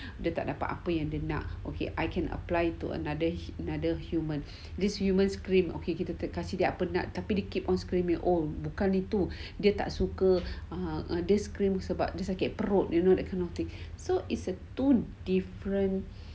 dia tak dapat apa yang dia nak okay I can apply to another another human this woman scream okay okay kita kasih penat tapi tetap keep on scream bukan itu dia tak suka ah dia scream sebab sakit perut you know that kind of thing so it's a two different